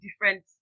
different